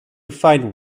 find